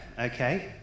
Okay